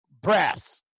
brass